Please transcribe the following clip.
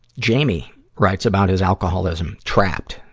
jamie writes about his alcoholism trapped.